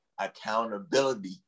accountability